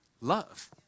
love